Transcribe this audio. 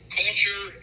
culture